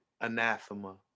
anathema